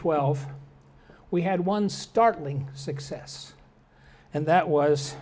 twelve we had one startling success and that was